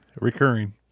recurring